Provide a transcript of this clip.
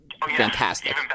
Fantastic